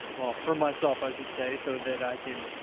well, for myself, i should say so that i can.